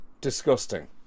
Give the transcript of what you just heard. Disgusting